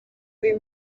uyu